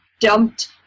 dumped